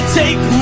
take